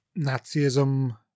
Nazism